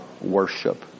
worship